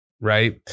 Right